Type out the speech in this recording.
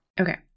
Okay